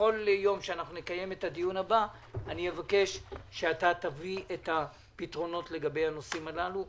שכאשר נקיים את הדיון הבא אתה תביא את הפתרונות לגבי הנושאים הללו,